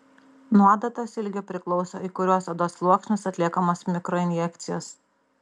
nuo adatos ilgio priklauso į kuriuos odos sluoksnius atliekamos mikroinjekcijos